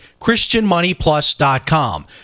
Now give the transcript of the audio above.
christianmoneyplus.com